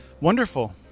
Wonderful